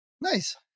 Nice